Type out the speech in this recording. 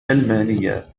ألمانية